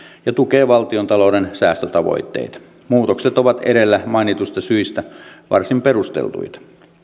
ja tukee valtiontalouden säästötavoitteita muutokset ovat edellä mainituista syistä varsin perusteltuja